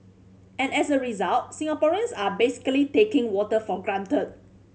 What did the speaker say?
and as a result Singaporeans are basically taking water for granted